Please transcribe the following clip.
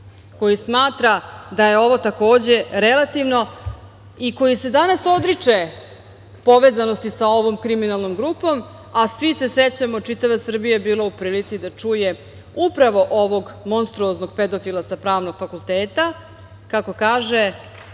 koji smatra da je ovo takođe relativno i koji se danas odriče povezanosti sa ovom kriminalnom grupom, a svi se sećamo, čitava Srbija je bila u prilici da čuje upravo ovog monstruoznog pedofila sa pravnog fakulteta kako kaže